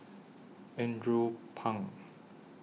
Andrew Phang